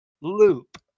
loop